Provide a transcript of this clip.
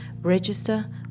register